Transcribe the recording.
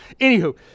Anywho